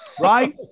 right